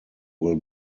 will